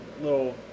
little